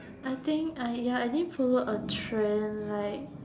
I think I ya I didn't follow a trend like